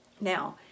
now